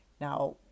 Now